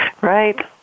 Right